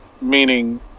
meaning